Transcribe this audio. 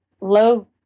low